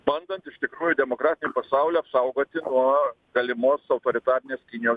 bandant iš tikrųjų demokratinį pasaulį apsaugoti nuo galimos autoritarinės kinijos